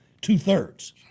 two-thirds